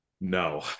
no